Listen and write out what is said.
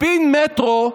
ספין מטרו,